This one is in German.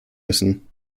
müssen